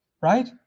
right